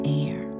air